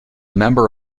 member